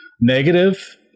negative